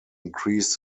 increase